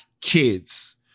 kids